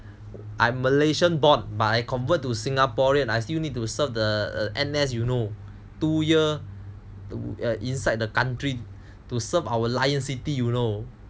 I'm Malaysian born but I convert to Singaporean I still need to serve the N_S you know two year inside the country to serve our lion city you know